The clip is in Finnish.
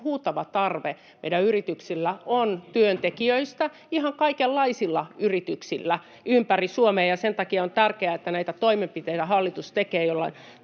huutava tarve meidän yrityksillä on työntekijöistä, ihan kaikenlaisilla yrityksillä ympäri Suomea. Sen takia on tärkeää, että hallitus tekee näitä